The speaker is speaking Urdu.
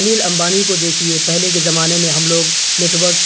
انل امبانی کو دیکھیے پہلے کے زمانے میں ہم لوگ نیٹ ورک